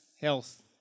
health